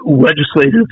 legislative